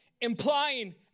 Implying